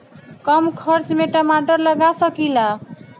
कम खर्च में टमाटर लगा सकीला?